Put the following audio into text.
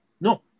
No